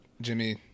Jimmy